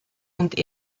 und